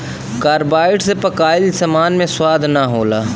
carbide से पकाइल सामान मे स्वाद ना होला